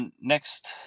next